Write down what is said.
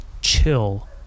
chill